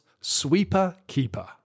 sweeper-keeper